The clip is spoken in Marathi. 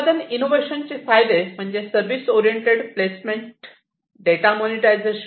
उत्पादन इनोव्हेशनचे फायदे म्हणजे सर्विस ओरिएंटेड प्लेसमेंट डेटा मोनेटायझेशन